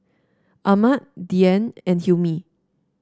Ahmad Dian and Hilmi